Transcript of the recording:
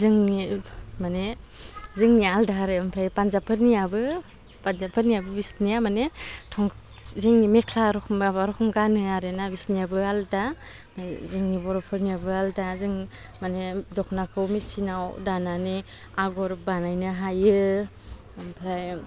जोंनि माने जोंनिया आलदा आरो ओमफ्राय पानजाबफोरनियाबो पानजाबफोरनियाबो बिसोरनिया माने जोंनि मेख्ला रोखोम माबा रोखोम गानो आरोना बिसोरनियाबो आलदा ओमफ्राय जोंनि बर'फोरनियाबो आलदा जों माने दख'नाखौ मेचिनाव दानानै आग'र बानायनो हायो ओमफ्राय